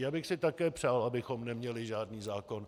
Já bych si také přál, abychom neměli žádný zákon.